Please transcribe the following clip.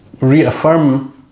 reaffirm